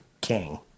King